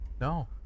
No